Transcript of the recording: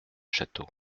château